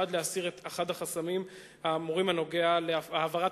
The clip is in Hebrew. נועד להסיר את אחד החסמים האמורים בנוגע להעברת